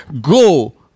Go